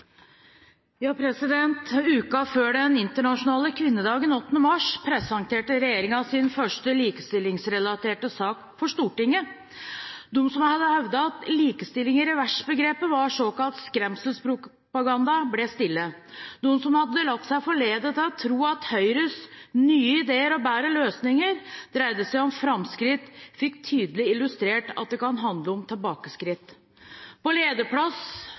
Stortinget. De som hadde hevdet at likestilling-i-revers-begrepet var såkalt skremselspropaganda, ble stille. De som hadde latt seg forlede til å tro at Høyres «Nye ideer, bedre løsninger» dreide seg om framskritt, fikk tydelig illustrert at det kan handle om tilbakeskritt. På lederplass